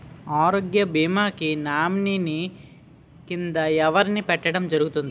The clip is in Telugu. ఆరోగ్య భీమా కి నామినీ కిందా ఎవరిని పెట్టడం జరుగతుంది?